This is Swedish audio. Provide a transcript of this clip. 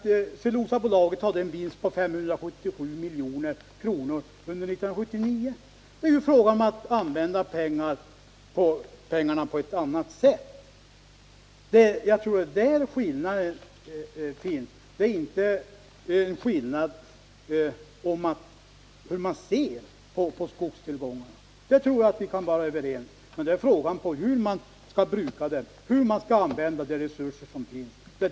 Cellulosabolaget hade en vinst på 577 milj.kr. under 1979. Det är fråga om att använda dessa pengar på ett annat sätt. Där ligger skillnaden. Det är inte fråga om hur man ser på skogstillgångarna — där kan vi vara överens — utan frågan är hur man skall använda de resurser som finns.